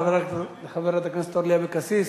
תודה לחברת הכנסת אורלי אבקסיס.